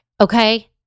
Okay